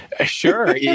Sure